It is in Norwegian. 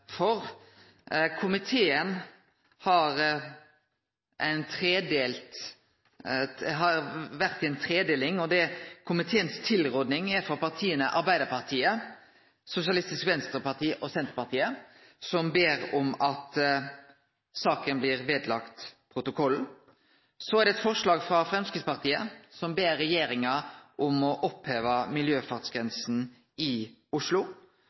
for. Det har vore ei tredeling i komiteen. Komiteens tilråding er frå Arbeidarpartiet, Sosialistisk Venstreparti og Senterpartiet, som ber om at saka blir lagd ved protokollen. Så er det eit forslag frå Framstegspartiet, som ber regjeringa om å oppheve miljøfartsgrensa i Oslo.